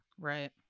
Right